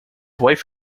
wife